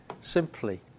simply